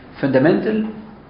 Fundamental